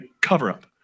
cover-up